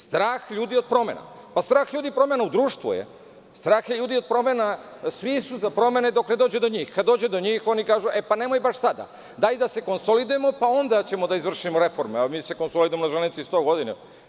Strah ljudi od promena, strah je ljudi promena u društvu, svi su za promene dok ne dođe do njih, kada dođe do njih oni kažu – e, pa nemoj baš sada, daj da se konsolidujemo pa ćemo onda da izvršimo reformu, mi se konsolidujemo na železnici sto godina.